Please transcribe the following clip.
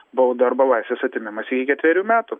bauda arba laisvės atėmimas iki ketverių metų